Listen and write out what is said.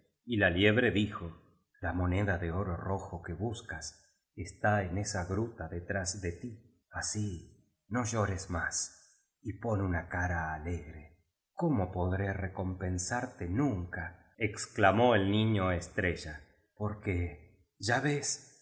y la liebre le dijo la moneda de oro rojo que buscas está en esa gruta de trás de ti así no llores más y pon una cara alegre cómo podré recompensarte nunca exclamó el niñoestrella porque ya ves es